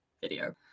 video